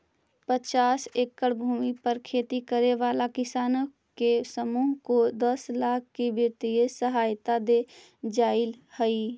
पचास एकड़ भूमि पर खेती करे वाला किसानों के समूह को दस लाख की वित्तीय सहायता दे जाईल हई